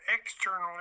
externally